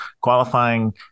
qualifying